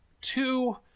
two